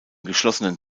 geschlossenen